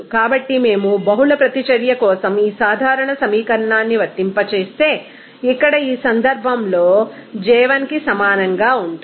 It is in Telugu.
కాబట్టి మేము బహుళ ప్రతిచర్య కోసం ఈ సాధారణ సమీకరణాన్ని వర్తింపజేస్తే ఇక్కడ ఈ సందర్భంలో j 1 కి సమానంగా ఉంటుంది